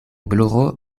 gloro